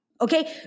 okay